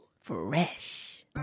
Fresh